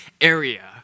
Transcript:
area